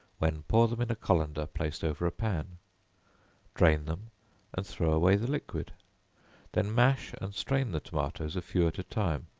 when pour them in a colander placed over a pan drain them and throw away the liquid then mash and strain the tomatoes, a few at a time,